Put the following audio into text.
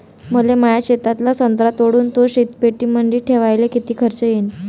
मले माया शेतातला संत्रा तोडून तो शीतपेटीमंदी ठेवायले किती खर्च येईन?